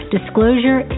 Disclosure